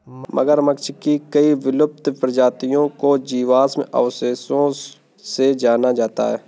मगरमच्छ की कई विलुप्त प्रजातियों को जीवाश्म अवशेषों से जाना जाता है